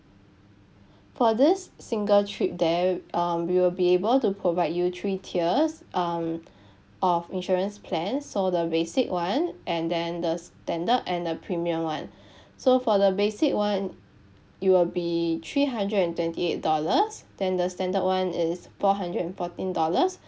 for this single trip there um we will be able to provide you three tiers um of insurance plan so the basic one and then the standard and the premium one so for the basic one it will be three hundred and twenty eight dollars then the standard one is four hundred and fourteen dollars